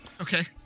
Okay